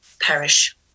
perish